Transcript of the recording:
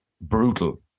brutal